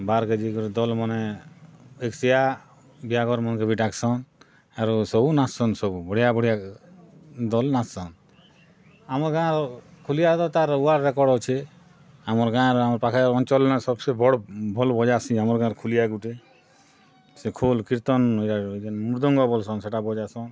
ବାହାର୍କେ ଯେଇଁ କରି ଦଲ୍ମାନେ ଏକୋଶିଆ ବିହାଘର୍ ମନ୍ କେ ବି ଡାକସନ୍ ଆରୁ ସବୁ ନାଚସନ୍ ସବୁ ବଢ଼ିଆ ବଢ଼ିଆ ଦଲ୍ ନାଚସନ୍ ଆମ ଗାଁ ଖୁଲିଆ ତ ତାର ୱାଡ଼୍ ରେକର୍ଡ଼ ଅଛି ଆମର୍ ଗାଁର ଆମର୍ ପାଖେ ଅଞ୍ଚଲ୍ ନ ବସି ବଡ଼୍ ଭଲ୍ ବଜାସି ଆମର୍ ଗାଁର ଖୁଲିଆ ଗୋଟେ ସେ ଖୋଲ କୀର୍ତ୍ତନ ଯେନ୍ ମୃଦଙ୍ଗ ବୋଲଛନ୍ ସେଟା ବଜାସନ୍